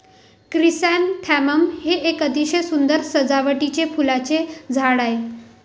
chrysanthemum हे एक अतिशय सुंदर सजावटीचे फुलांचे झाड आहे